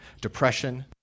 depression